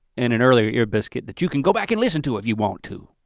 and an earlier ear biscuit that you can go back and listen to if you want to.